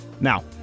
Now